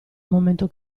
momento